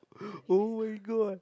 oh my god